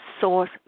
source